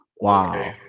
Wow